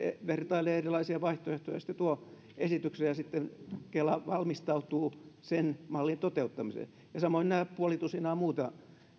vertailee erilaisia vaihtoehtoja ja sitten hallitus tuo esityksen ja sitten kela valmistautuu sen mallin toteuttamiseen samoin näiden puolen tusinan muun